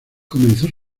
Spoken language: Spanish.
comenzó